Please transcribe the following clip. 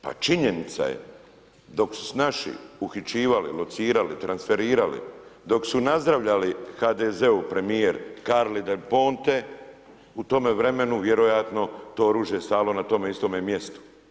Pa činjenica je dok su se naši uhićivali, locirali, transferirali, dok su nazdravljali HDZ-e premijer Carli Del Ponte u tome vremenu vjerojatno to oružje je stajalo na tome istome mjestu.